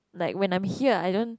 like when I'm here I don't